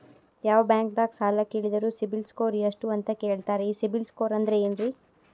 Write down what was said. ಯಾವ ಬ್ಯಾಂಕ್ ದಾಗ ಸಾಲ ಕೇಳಿದರು ಸಿಬಿಲ್ ಸ್ಕೋರ್ ಎಷ್ಟು ಅಂತ ಕೇಳತಾರ, ಈ ಸಿಬಿಲ್ ಸ್ಕೋರ್ ಅಂದ್ರೆ ಏನ್ರಿ?